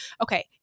okay